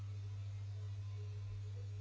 um